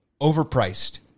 overpriced